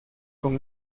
con